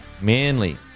Manly